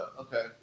Okay